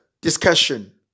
discussion